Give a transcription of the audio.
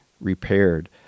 repaired